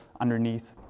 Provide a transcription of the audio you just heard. underneath